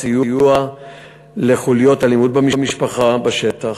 סיוע לחוליות אלימות במשפחה בשטח,